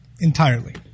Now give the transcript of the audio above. entirely